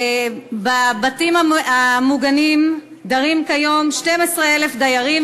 בבתים המוגנים דרים כיום 12,000 דיירים,